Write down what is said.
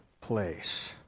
place